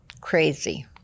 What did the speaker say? Crazy